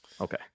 Okay